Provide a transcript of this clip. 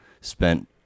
spent